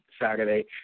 Saturday